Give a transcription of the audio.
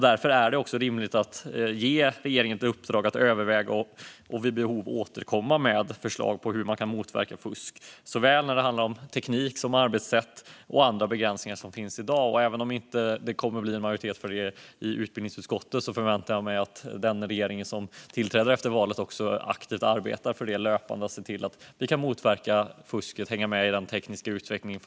Därför är det också rimligt att ge regeringen i uppdrag att överväga och vid behov återkomma med förslag på hur man kan motverka fusk. Det handlar om både teknik, arbetssätt och andra begränsningar som finns i dag. Även om det inte kommer att bli en majoritet för det i utbildningsutskottet förväntar jag mig att den regering som tillträder efter valet aktivt arbetar för att motverka fusket och hänga med i den tekniska utvecklingen.